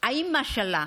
שזאת האימא שלה,